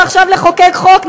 ועכשיו לחוקק חוק,